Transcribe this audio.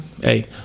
Hey